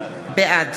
בעד